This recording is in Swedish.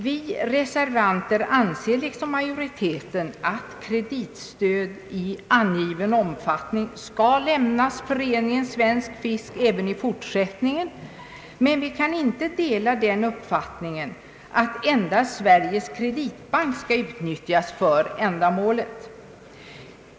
Vi reservanter anser, liksom majoriteten, att kreditstöd i angiven omfattning skall lämnas föreningen Svensk fisk även i fortsättningen, men vi kan inte dela den uppfattningen att endast Sveriges kreditbank skall utnyttjas för ändamålet.